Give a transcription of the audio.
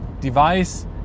device